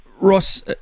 Ross